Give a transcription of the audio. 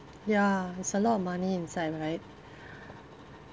ya it's a lot of money inside right